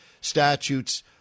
statutes